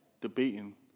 debating